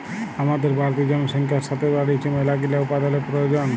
হামাদের বাড়তি জনসংখ্যার সাতে বাইড়ছে মেলাগিলা উপাদানের প্রয়োজন